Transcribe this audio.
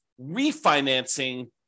refinancing